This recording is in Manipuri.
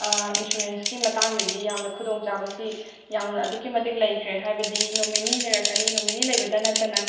ꯏꯟꯁꯨꯔꯦꯟꯁꯀꯤ ꯃꯇꯥꯡꯗꯗꯤ ꯌꯥꯝꯅ ꯈꯨꯗꯣꯡ ꯆꯥꯕꯁꯤ ꯌꯥꯝꯅ ꯑꯗꯨꯛꯀꯤ ꯃꯇꯤꯛ ꯂꯩꯈ꯭ꯔꯦ ꯍꯥꯏꯕꯗꯤ ꯅꯣꯃꯤꯅꯤ ꯂꯩꯔꯛꯀꯅꯤ ꯅꯣꯃꯤꯅꯤ ꯂꯩꯕꯇ ꯅꯠꯇꯅ